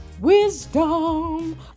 wisdom